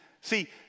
See